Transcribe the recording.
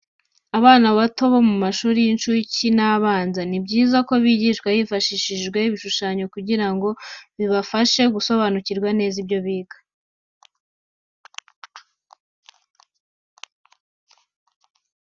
Abana bato bo mu mashuri y’inshuke ndetse n’abanza, ni byiza ko bigishwa hifashishijwe ibishushanyo kugira ngo bibafashe gusobanukirwa neza ibyo biga.